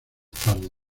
tarde